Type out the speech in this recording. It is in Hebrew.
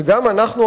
שגם אנחנו,